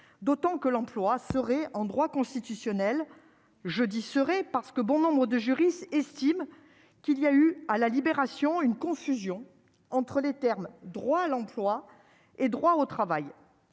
d'autant que l'emploi serait en droit constitutionnel jeudi serait parce que bon nombre de juristes estiment qu'il y a eu à la Libération, une confusion entre les termes droit l'emploi et droit au travail,